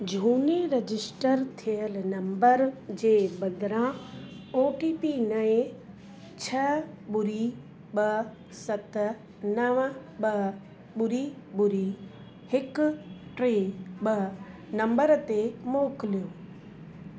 झूने रजिस्टर थियलु नम्बर जे बदिरां ओ टी पी नए छह ॿुड़ी ॿ सत नव ॿ ॿुड़ी ॿुड़ी हिकु टे ॿ नंबर ते मोकिलियो